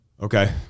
okay